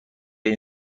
این